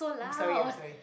sorry I'm sorry